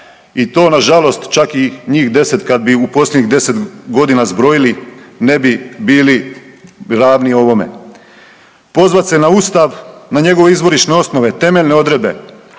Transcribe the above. i to nažalost čak i njih 10 kad bi u posljednjih 10.g. zbrojili ne bi bili ravni ovome. Pozvat se na ustav, na njegove izvorišne osnove, temeljne odredbe,